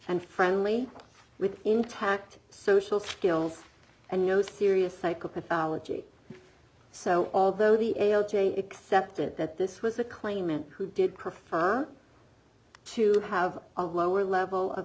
and friendly with intact social skills and no serious psychopathology so although the l j accepted that this was a claimant who did prefer to have a lower level of